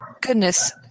goodness